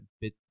bit